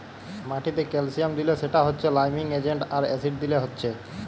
মাটিতে ক্যালসিয়াম দিলে সেটা হচ্ছে লাইমিং এজেন্ট আর অ্যাসিড দিলে হচ্ছে